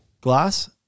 Glass